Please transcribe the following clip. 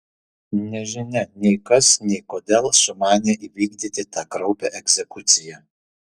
nežinia nei kas nei kodėl sumanė įvykdyti tą kraupią egzekuciją